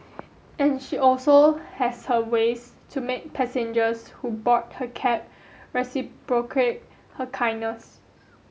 and she also has her ways to make passengers who board her cab reciprocate her kindness